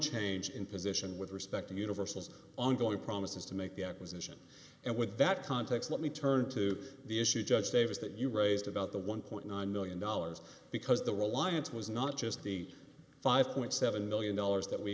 change in position with respect to universals ongoing promises to make the acquisition and with that context let me turn to the issue judge davis that you raised about the one point nine million dollars because the alliance was not just the five point seven million dollars that we